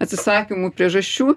atsisakymų priežasčių